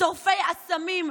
שורפי אסמים,